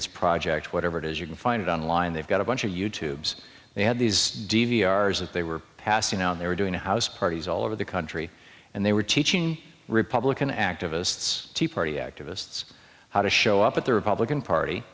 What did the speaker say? it's project whatever it is you can find it online they've got a bunch of you tube so they had these d v r as if they were passing out they were doing a house parties all over the country and they were teaching republican activists tea party activists how to show up at the republican party